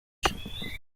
cye